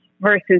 versus